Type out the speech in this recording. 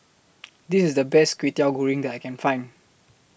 This IS The Best Kwetiau Goreng that I Can Find